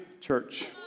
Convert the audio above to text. Church